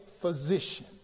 physician